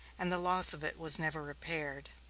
and the loss of it was never repaired.